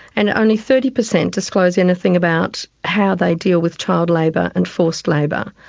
and only thirty percent disclose anything about how they deal with child labour and forced labour.